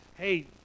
Hey